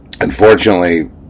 Unfortunately